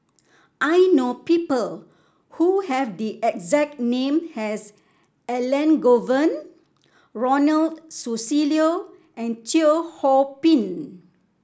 I know people who have the exact name as Elangovan Ronald Susilo and Teo Ho Pin